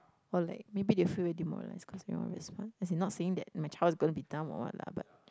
or like maybe they feel very demoralized because they all very smart as in not saying that my child is gonna be dumb or what lah but